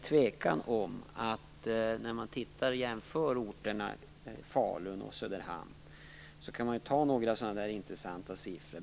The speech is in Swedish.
Låt mig jämföra orterna Falun och Söderhamn med några intressanta siffror.